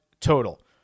total